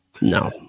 No